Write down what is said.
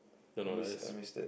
no no that's